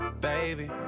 baby